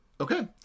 Okay